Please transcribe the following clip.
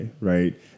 right